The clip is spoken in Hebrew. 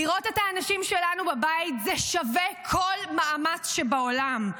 לראות את האנשים שלנו בבית שווה כל מאמץ שבעולם.